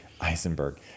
Eisenberg